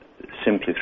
simply